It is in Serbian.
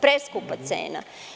Preskupa cena.